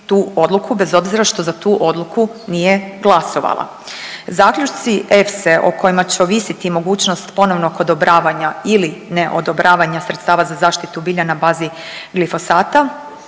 tu odluku bez obzira što za tu odluku nije glasovala. Zaključci EFS-e o kojima će ovisiti mogućnost ponovnog odobravanja ili ne odobravanja sredstava za zaštitu bilja na bazi glifosata